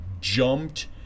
jumped